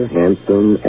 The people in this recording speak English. handsome